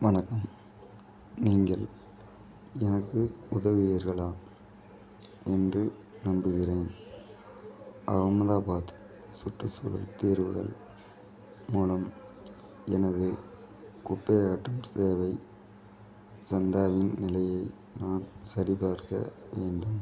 வணக்கம் நீங்கள் எனக்கு உதவுவீர்களா என்று நம்புகிறேன் அகமதாபாத் சுற்றுச்சூழல் தீர்வுகள் மூலம் எனது குப்பை அகற்றும் சேவை சந்தாவின் நிலையை நான் சரிபார்க்க வேண்டும்